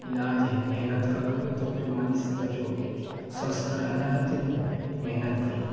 इलाज है मेहनत करोगे तो बीमारी से बचोगे स्वस्थ रहना है तो मेहनत करो